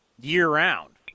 year-round